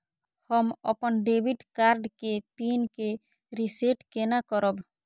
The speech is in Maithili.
हम अपन डेबिट कार्ड के पिन के रीसेट केना करब?